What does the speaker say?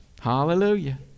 Hallelujah